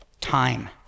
time